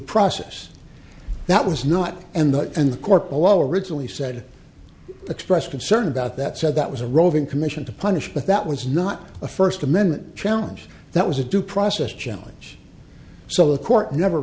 process that was not and that and the court below originally said the expressed concern about that said that was a roving commission to punish but that was not a first amendment challenge that was a due process challenge so the court never